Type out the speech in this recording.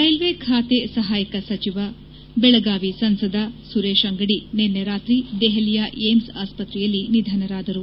ರ್ವೆಲ್ವೆ ಖಾತೆ ಸಹಾಯಕ ಸಚಿವ ಬೆಳಗಾವಿ ಸಂಸದ ಸುರೇಶ್ ಅಂಗದಿ ನಿನ್ನೆ ರಾತ್ರಿ ದೆಹಲಿಯ ಏಮ್ಸ್ ಆಸ್ಪತ್ರೆಯಲ್ಲಿ ನಿಧನರಾದರು